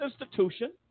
institution